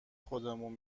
خودمون